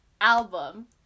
album